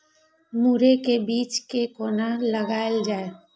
मुरे के बीज कै कोना लगायल जाय?